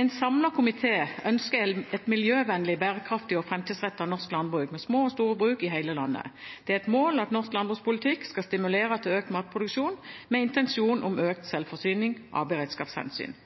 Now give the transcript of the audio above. En samlet komité ønsker et miljøvennlig, bærekraftig og framtidsrettet norsk landbruk med små og store bruk i hele landet. Det er et mål at norsk landbrukspolitikk skal stimulere til økt matproduksjon, med intensjon om økt selvforsyning, av beredskapshensyn.